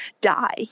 die